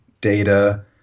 Data